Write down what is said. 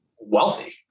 wealthy